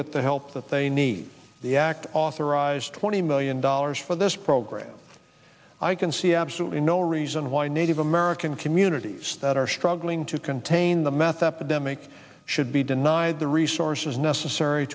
get the help that they need the act authorized twenty million dollars for this program i can see absolutely no reason why native american communities that are struggling to contain the meth epidemic should be denied the resources necessary